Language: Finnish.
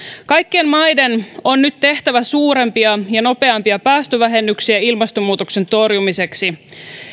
kaikkien maiden on nyt tehtävä suurempia ja nopeampia päästövähennyksiä ilmastonmuutoksen torjumiseksi